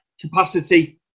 capacity